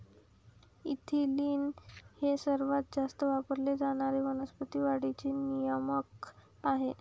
ethylene हे सर्वात जास्त वापरले जाणारे वनस्पती वाढीचे नियामक आहे